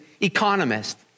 economist